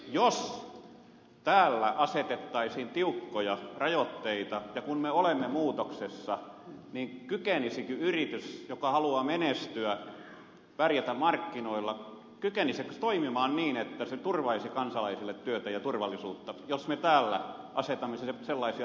jos täällä asetettaisiin tiukkoja rajoitteita ja kun me olemme muutoksessa niin kykenisikö yritys joka haluaa menestyä pärjätä markkinoilla toimimaan niin että se turvaisi kansalaisille työtä ja turvallisuutta jos me täällä asetamme sellaisia reunaehtoja